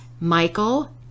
michael